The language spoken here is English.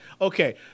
okay